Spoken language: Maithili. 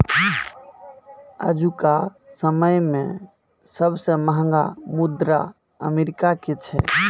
आजुका समय मे सबसे महंगा मुद्रा अमेरिका के छै